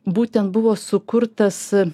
būtent buvo sukurtas